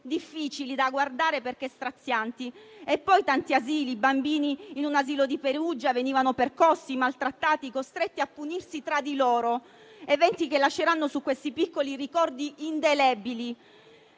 difficili da guardare perché strazianti. E poi tanti asili. I bambini, in un asilo di Perugia, venivano percossi, maltrattati, costretti a punirsi tra di loro; eventi che lasceranno su questi piccoli ricordi indelebili.